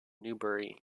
newbury